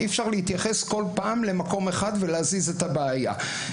אי אפשר להתייחס כל פעם למקום אחד ולהזיז את הבעיה.